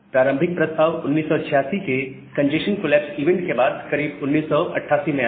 प्रारंभिक प्रस्ताव 1986 के कंजेस्शन कोलैप्स इवेंट के बाद करीब 1988 में आया